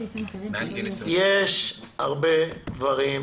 יש הרבה דברים פתוחים.